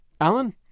Alan